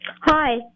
Hi